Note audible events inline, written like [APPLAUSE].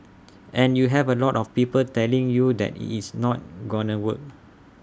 [NOISE] and you have A lot of people telling you that IT it's not gonna work